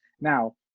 now